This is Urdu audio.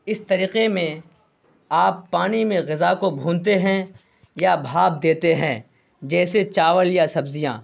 اس طریقے میں آپ پانی میں غذا کو بھونتے ہیں یا بھاپ دیتے ہیں جیسے چاول یا سبزیاں